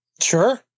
Sure